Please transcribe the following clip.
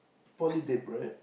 poly dip right